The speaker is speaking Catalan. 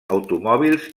automòbils